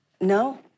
No